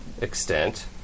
extent